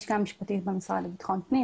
מהלשכה המשפטית במשרד לביטחון פנים,